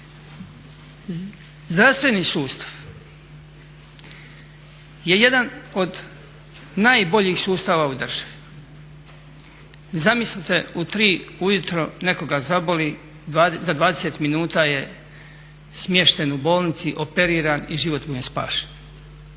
Zdravstveni sustav je jedan od najboljih sustava u državi. Zamislite u 3 ujutro nekoga zaboli, za 20 minuta je smješten u bolnici, operiran i život mu je spašen.